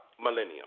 millennium